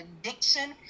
addiction